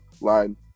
line